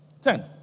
Ten